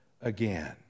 again